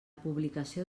publicació